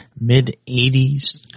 mid-80s